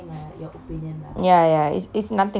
ya ya it's it's nothing wrong nothing wrong